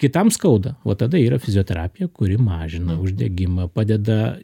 kitam skauda vat tada yra fizioterapija kuri mažina uždegimą padeda